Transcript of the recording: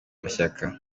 mashyaka